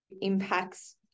impacts